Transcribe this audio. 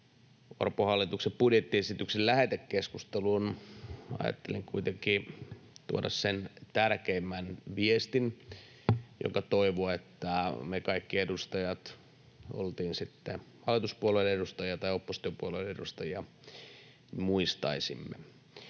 ensimmäisen budjettiesityksen lähetekeskusteluun ajattelin kuitenkin tuoda sen tärkeimmän viestin, jonka toivon, että me kaikki edustajat — oltiin sitten hallituspuolueiden edustajia tai oppositiopuolueiden edustajia — muistaisimme.